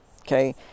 okay